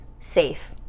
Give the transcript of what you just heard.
safe